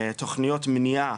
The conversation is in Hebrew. תוכניות מניעה,